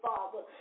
Father